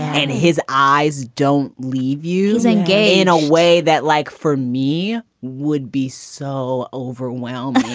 and his eyes don't leave using gay in a way that like for me would be so overwhelmed